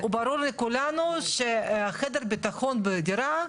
הוא ברור לכולנו שחדר הבטחון בדירה,